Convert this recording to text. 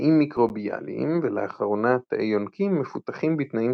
תאים מיקרוביאליים ולאחרונה תאי יונקים מפותחים בתנאים